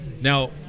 Now